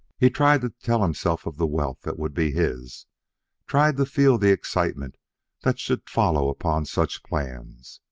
he tried to tell himself of the wealth that would be his tried to feel the excitement that should follow upon such plans.